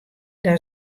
dat